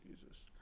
Jesus